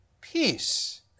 peace